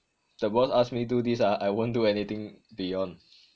the boss ask me do this ah I won't do anything beyond